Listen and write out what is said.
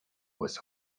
was